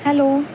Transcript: hello